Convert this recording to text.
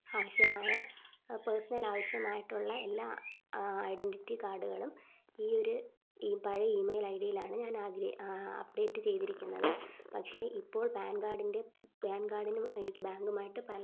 ആവശ്യമായ പേഴ്സണലാവശ്യമായിട്ടുള്ള എല്ലാ ഐഡൻ്റിറ്റി കാഡുകളും ഈ ഒരു ഈ പഴയ ഇമെയിൽ ഐ ഡിയിലാണ് ഞാനാഗ്ര അപ്പ്ഡേറ്റ് ചെയ്തിരിക്കുന്നത് പക്ഷേ ഇപ്പോൾ പാൻ കാർഡിൻ്റെ പാൻ കാർഡിന് എനിക്ക് ബാങ്കുമായിട്ട് പല